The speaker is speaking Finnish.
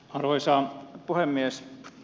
arvoisa puhemies